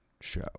show